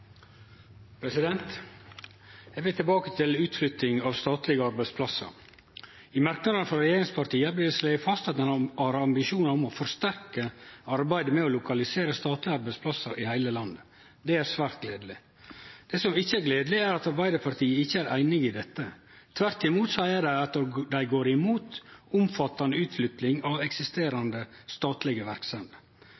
landet. Eg vil tilbake til utflytting av statlege arbeidsplassar. Merknadene frå regjeringspartia slår fast at ein har ambisjonar om å forsterke arbeidet med å lokalisere statlege arbeidsplassar i heile landet. Det er svært gledeleg. Det som ikkje er gledeleg, er at Arbeidarpartiet ikkje er einig i dette. Tvert imot høyrer eg at dei går imot omfattande utflytting av